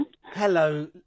Hello